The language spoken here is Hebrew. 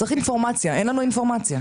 צריך לקחת בחשבון את השירות לאזרח לפשוט.